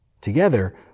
Together